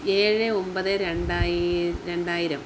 ഏഴ് ഒമ്പത് രണ്ടായി രണ്ടായിരം